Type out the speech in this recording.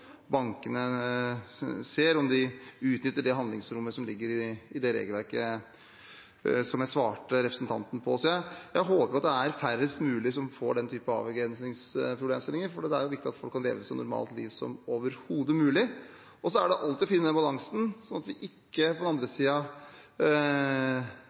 bankene ser om de utnytter handlingsrommet som ligger i regelverket – som jeg svarte representanten på. Jeg håper det er færrest mulig som møter den typen avgrensingsproblemstillinger, for det er viktig at folk kan leve et så normalt liv som overhodet mulig. Og så må man alltid finne balansen, sånn at vi ikke på den andre